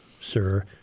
sir